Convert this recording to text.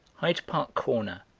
hyde park corner,